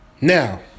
Now